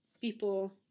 people